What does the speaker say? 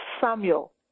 Samuel